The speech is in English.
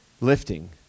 lifting